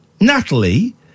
Natalie